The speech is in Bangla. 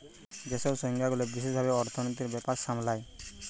যেই সংস্থা গুলা বিশেষ ভাবে অর্থনীতির ব্যাপার সামলায়